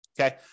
Okay